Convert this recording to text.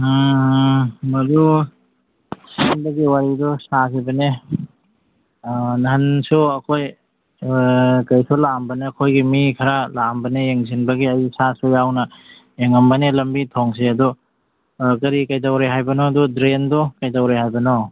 ꯃꯗꯨ ꯁꯦꯝꯕꯒꯤ ꯋꯥꯔꯤꯗꯨ ꯁꯥꯈꯤꯕꯅꯦ ꯑꯥ ꯅꯍꯥꯟꯁꯨ ꯑꯩꯈꯣꯏ ꯀꯩꯁꯨ ꯂꯥꯛꯑꯝꯕꯅꯦ ꯑꯩꯈꯣꯏꯒꯤ ꯃꯤ ꯈꯔ ꯂꯥꯛꯑꯝꯕꯅꯦ ꯌꯦꯡꯁꯤꯟꯕꯒꯤ ꯑꯩ ꯏꯁꯥꯁꯨ ꯌꯥꯎꯅ ꯌꯦꯡꯉꯝꯕꯅꯦ ꯂꯝꯕꯤ ꯊꯣꯡꯁꯦ ꯑꯗꯨ ꯑꯥ ꯀꯔꯤ ꯀꯩꯗꯧꯔꯦ ꯍꯥꯏꯕꯅꯣ ꯑꯗꯨ ꯗ꯭ꯔꯦꯟꯗꯣ ꯀꯩꯗꯧꯔꯦ ꯍꯥꯏꯕꯅꯣ